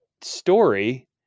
story